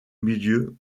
milieu